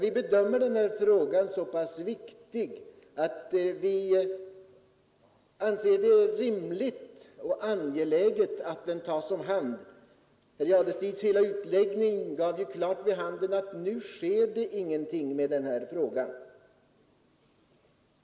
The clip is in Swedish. Vi bedömer denna fråga vara så viktig att vi anser det rimligt och angeläget att den tas om hand snarast. Herr Jadestigs anförande gav klart vid handen att det inte sker någonting nu med den här frågan.